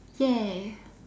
ya